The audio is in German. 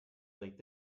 regt